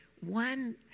One